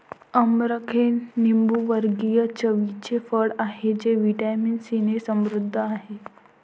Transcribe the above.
अमरख हे लिंबूवर्गीय चवीचे फळ आहे जे व्हिटॅमिन सीने समृद्ध आहे